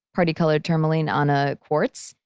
parti-colored tourmaline on a quartz,